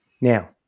Now